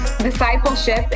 discipleship